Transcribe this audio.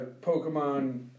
Pokemon